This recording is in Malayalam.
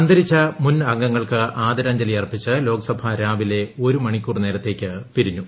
അന്തരിച്ച മുൻ അംഗങ്ങൾക്ക് ആദരാഞ്ജലി അർപ്പിച്ച് ലോക്സഭ രാവിലെ ഒരു മണിക്കൂറോളം പിരിഞ്ഞു